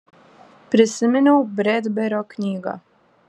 prisiminiau bredberio knygą